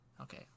Okay